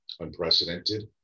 unprecedented